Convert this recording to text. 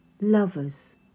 lovers